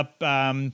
up –